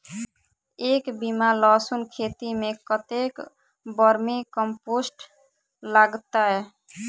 एक बीघा लहसून खेती मे कतेक बर्मी कम्पोस्ट लागतै?